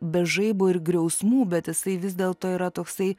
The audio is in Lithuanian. be žaibo ir griausmų bet jisai vis dėlto yra toksai